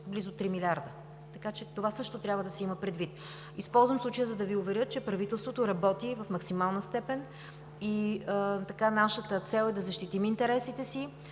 близо три милиарда. Това също трябва да се има предвид. Използвам случая да Ви уверя, че правителството работи в максимална степен и нашата цел е да защитим интересите си.